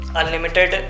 unlimited